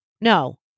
no